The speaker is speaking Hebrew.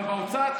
אבל באוצר,